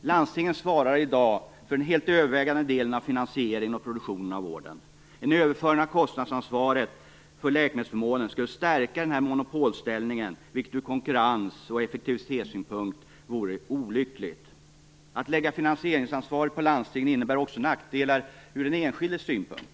Landstingen svarar i dag för den helt övervägande delen av finansieringen och produktionen av vården. En överföring av kostnadsansvaret för läkemedelsförmånen skulle stärka denna monopolställning, vilket vore olyckligt ur konkurrens och effektivitetssynpunkt. Att lägga finansieringsansvaret på landstingen innebär nackdelar också ur den enskildes synpunkt.